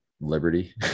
liberty